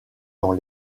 dans